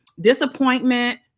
Disappointment